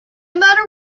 matter